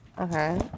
Okay